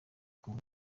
kuva